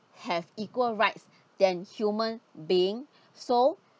have equal rights than human being so